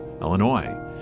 Illinois